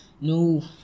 no